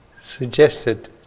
suggested